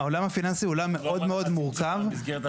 העולם הפיננסי הוא עולם מאוד מאוד מורכב --- אין בעיה.